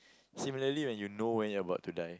similarly when you know when you about to die